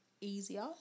easier